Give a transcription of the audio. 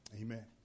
Amen